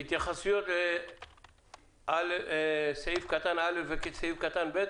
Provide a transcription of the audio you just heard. התייחסויות לסעיפים קטנים (א) ו-(ב).